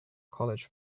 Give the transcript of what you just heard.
college